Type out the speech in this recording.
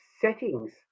settings